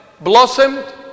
blossomed